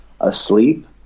asleep